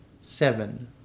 Seven